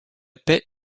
paix